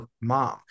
mom